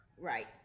Right